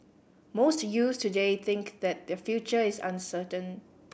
most youths today think that their future is uncertain